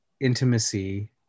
intimacy